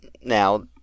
now